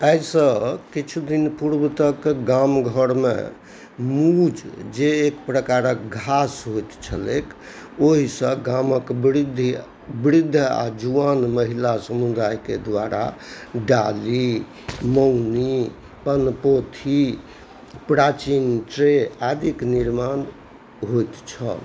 आइसँ किछु दिन पूर्व तक गाम घरमे मुइज जे एक प्रकारके घास होइत छलै ओहिसँ गामके वृद्धि वृद्ध आओर जुआन महिला समुदायके द्वारा डाली मौनी पनपोथी प्राचीन ट्रे आदिके निर्माण होइत छल